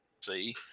see